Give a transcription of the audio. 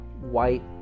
white